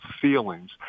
feelings